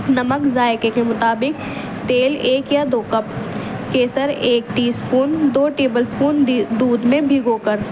نمک ذائقے کے مطابق تیل ایک یا دو کپ کیسر ایک ٹی اسپون دو ٹیبل اسپون دودھ میں بھگو کر